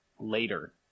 Later